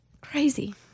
Crazy